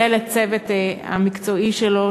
ולצוות המקצועי שלו,